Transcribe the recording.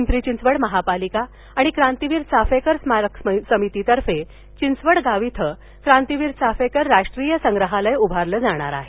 पिंपरी चिंचवड महापालिका आणि क्रांतीवीर चापेकर स्मारक समितितर्फे चिंचवडगाव इथ क्रांतीवीर चापेकर राष्ट्रीय संग्रहालय उभारलं जाणार आहे